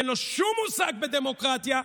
אין לו שום מושג בדמוקרטיה,